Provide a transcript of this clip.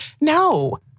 No